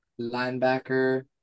Linebacker